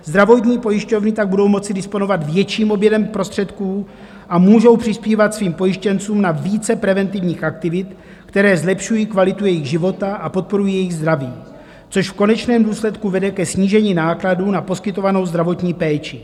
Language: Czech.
Zdravotní pojišťovny tak budou moci disponovat větším objemem prostředků a můžou přispívat svým pojištěncům na více preventivních aktivit, které zlepšují kvalitu jejich života a podporují jejich zdraví, což v konečném důsledku vede ke snížení nákladů na poskytovanou zdravotní péči.